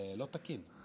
זה לא תקין.